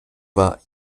war